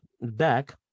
back